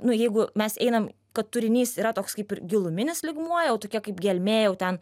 nu jeigu mes einam kad turinys yra toks kaip ir giluminis lygmuo jau tokia kaip gelmė jau ten